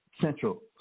Central